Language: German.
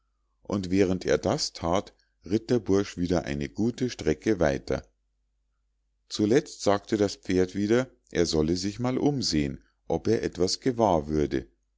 und während er das that ritt der bursch wieder eine gute strecke weiter zuletzt sagte das pferd wieder er solle sich mal umsehen ob er etwas gewahr würde